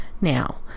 Now